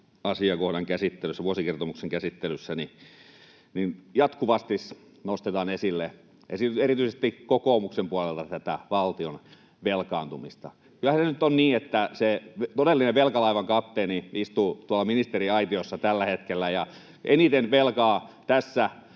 asiakohdan käsittelyssä, vuosikertomuksen käsittelyssä, jatkuvasti nostetaan esille erityisesti kokoomuksen puolelta tätä valtion velkaantumista. Kyllähän se nyt on niin, että se todellinen velkalaivan kapteeni istuu tuolla ministeriaitiossa tällä hetkellä, ja eniten velkaa tässä